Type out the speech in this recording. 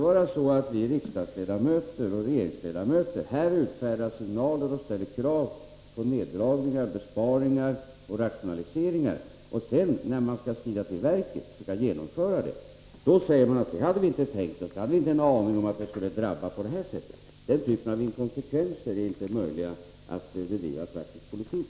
Vi riksdagsledamöter och regeringsledamöter får inte utfärda signaler och ställa krav på neddragningar, besparingar och rationaliseringar och sedan, när man skall skrida till verket och genomföra förslagen, säga att vi inte hade en aning om att det skulle gå på det här sättet. Den typen av inkonsekvens är inte möjlig, om man vill bedriva praktisk politik.